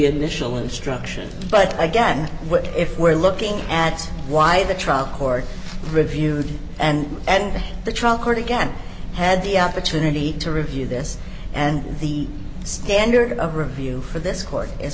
initial instruction but again what if we're looking at why the trial court reviewed and and the trial court again had the opportunity to review this and the standard of review for this court is